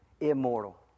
immortal